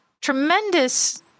tremendous